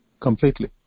completely